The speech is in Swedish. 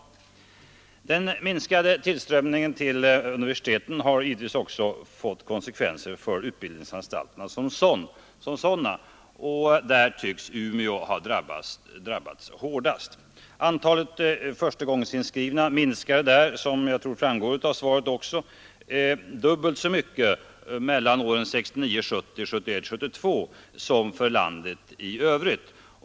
Den minskade tillströmningen till universiteten har också fått negativa konsekvenser för utbildningsanstalterna som sådana, och universitetet i Umeå ha drabbats hårdast. Antalet förstagångsinskrivna minskade där mellan 1969 72 dubbelt så mycket som i hela riket.